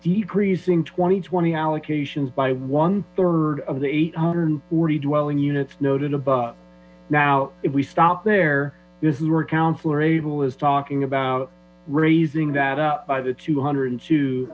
decreasing twenty twenty allocations by one third of the eight hundred and forty dwelling units noted above now if we stop there this is where councilor cable is talking about raising that up by the two hundred and two